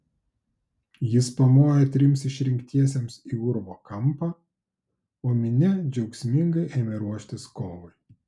jis pamojo trims išrinktiesiems į urvo kampą o minia džiaugsmingai ėmė ruoštis kovai